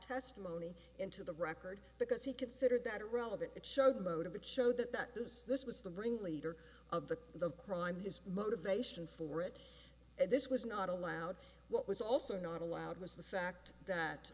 testimony into the record because he considered that relevant that showed motive it showed that that those this was to bring leader of the the crime his motivation for it this was not allowed what was also not allowed was the fact that